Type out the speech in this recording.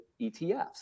ETFs